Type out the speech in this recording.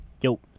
Yo